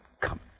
Come